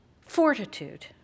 fortitude